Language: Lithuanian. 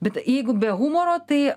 bet jeigu be humoro tai